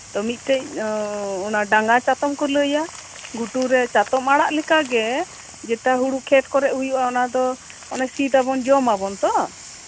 ᱢᱤᱫᱴᱮᱡ ᱚᱱᱟ ᱰᱟᱝᱜᱟ ᱪᱟᱛᱚᱢ ᱠᱚ ᱞᱟᱹᱭᱟ ᱜᱷᱩᱴᱩᱨᱮ ᱪᱟᱛᱚᱢ ᱟᱲᱟᱜ ᱞᱮᱠᱟᱜᱮ ᱡᱮᱴᱟ ᱦᱩᱲᱩ ᱠᱷᱮᱛ ᱠᱚᱨᱮᱜ ᱦᱩᱭᱩᱜᱼᱟ ᱚᱱᱟ ᱫᱚ ᱥᱤᱫ ᱟᱵᱚᱱ ᱡᱚᱢ ᱟᱵᱚᱱ ᱛᱚ